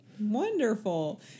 Wonderful